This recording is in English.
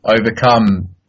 overcome